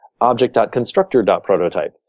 object.constructor.prototype